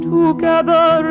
Together